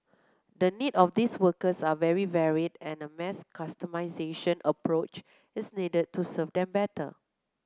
the need of these workers are very varied and a mass customisation approach is needed to serve them better